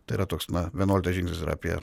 tai yra toks na vienuoliktas žingsnis yra apie